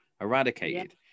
eradicated